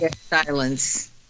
Silence